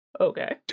okay